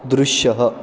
दृश्यः